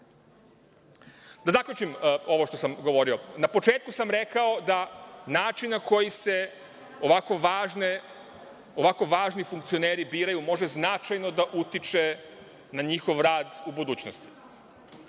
zaključim ovo što sam govorio. Na početku sam rekao da način na koji se ovako važni funkcioneri biraju može značajno da utiče na njihov rad u budućnosti.